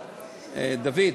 דוד,